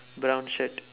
brown shirt